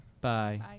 Bye